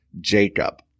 Jacob